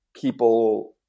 people